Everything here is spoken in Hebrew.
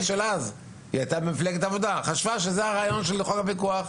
היא חשבה שזה הרעיון של חוק הפיקוח,